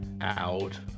out